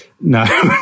No